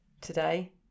today